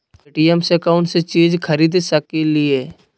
Paytm से कौनो चीज खरीद सकी लिय?